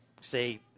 say